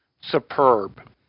superb